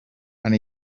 and